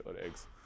eggs